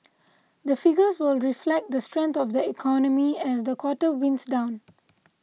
the figures will reflect the strength of the economy as the quarter winds down